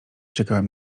czekałem